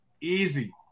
easy